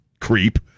creep